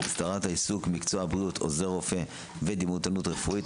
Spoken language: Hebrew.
(הסדרת העיסוק במקצועות הבריאות עוזר רופא ודימותנות רפואית),